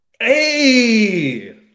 Hey